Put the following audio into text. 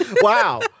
Wow